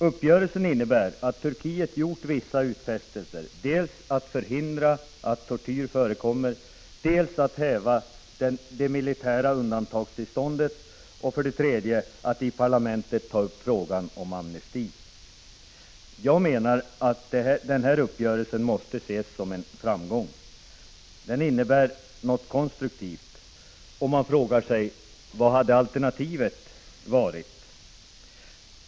Uppgörelsen innebär att Turkiet gjort vissa utfästelser, dels att förhindra att tortyr förekommer, dels att häva det militära undantagtillståndet, dels också att i 89 parlamentet ta upp frågan om amnesti. Jag menar att denna uppgörelse måste ses som en framgång. Den innebär något konstruktivt, och man frågar sig vad alternativet hade varit.